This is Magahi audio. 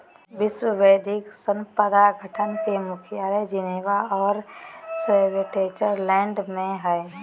विश्व बौद्धिक संपदा संगठन के मुख्यालय जिनेवा औरो स्विटजरलैंड में हइ